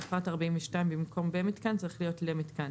בפרט (42) במקום "במיתקן" צריך להיות "למיתקן".